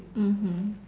mmhmm